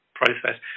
process